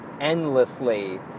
endlessly